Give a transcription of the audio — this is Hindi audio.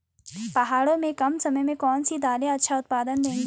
पहाड़ों में कम समय में कौन सी दालें अच्छा उत्पादन देंगी?